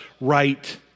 right